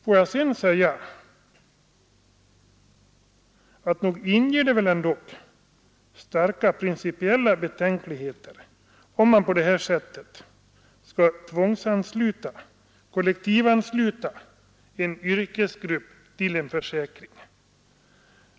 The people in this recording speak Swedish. Jag vill vidare säga att det inger starka principiella betänkligheter att på detta sätt tvångsansluta eller kollektivansluta en yrkesgrupp till en försäkring.